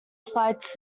flights